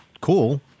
cool